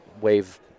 wave